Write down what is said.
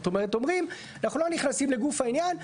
זאת אומרת, אומרים אנחנו לא נכנסים לגוף העניין.